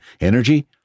energy